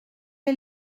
est